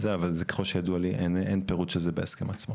אבל ככל שידוע לי אין פירוט של זה בהסכם עצמו